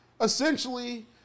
essentially